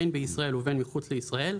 בין בישראל ובין מחוץ לישראל,